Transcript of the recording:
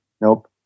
Nope